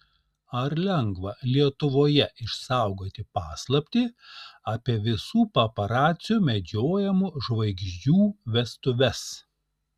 ar lengva lietuvoje išsaugoti paslaptį apie visų paparacių medžiojamų žvaigždžių vestuves